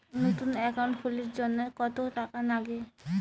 নতুন একাউন্ট খুলির জন্যে কত টাকা নাগে?